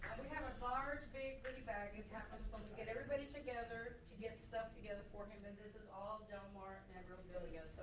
we have a large, big goodie bag. yeah kind of to get everybody together to get stuff together for him and this is all del mar memorabilia,